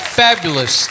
fabulous